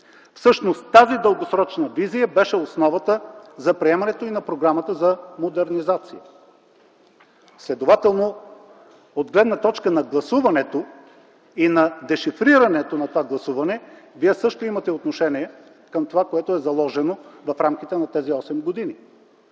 Всъщност тази дългосрочна визия беше основата за приемането и на програмата за модернизация. Следователно, от гледна точка на гласуването и на дешифрирането на това гласуване, Вие също имате отношение към това, което е заложено в рамките на тези осем години.